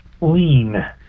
lean